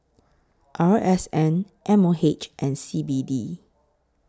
R S N M O H and C B D